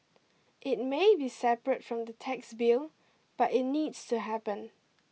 it may be separate from the tax bill but it needs to happen